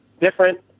different